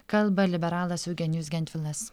kalba liberalas eugenijus gentvilas